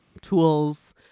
tools